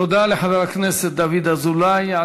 תודה לחבר הכנסת דוד אזולאי.